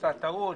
נעשתה טעות,